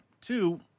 two